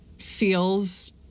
feels